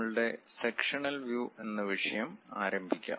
നമ്മളുടെ sectional view എന്ന വിഷയം ആരംഭിക്കാം